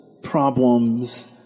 Problems